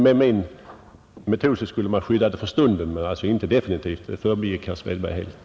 Med min metod skulle man skydda det för stunden men alltså inte definitivt. Det förbigick herr Svedberg som sagt helt.